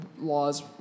laws